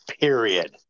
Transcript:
period